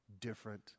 different